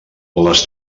les